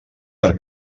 per